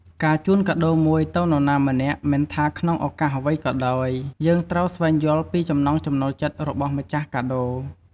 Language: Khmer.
ការជូនកាដូមួយទៅនរណាម្នាក់មិនថាក្នុងឧកាសអ្វីក៏ដោយ យើងត្រូវស្វែងយល់ពីចំណង់ចំណូលចិត្តរបស់ម្ចាស់កាដូ។